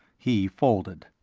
he folded.